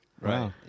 right